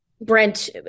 Brent